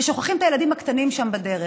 ושוכחים את הילדים הקטנים שם בדרך.